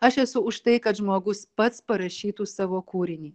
aš esu už tai kad žmogus pats parašytų savo kūrinį